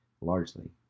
Largely